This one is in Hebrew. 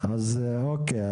אז אוקיי,